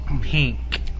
pink